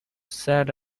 sad